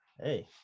Hey